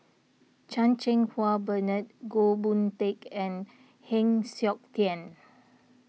Chan Cheng Wah Bernard Goh Boon Teck and Heng Siok Tian